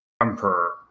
emperor